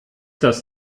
das